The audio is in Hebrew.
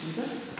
של זה.